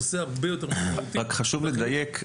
רק חשוב לדייק,